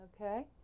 Okay